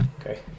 Okay